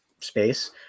space